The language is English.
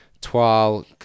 Twal